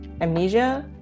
amnesia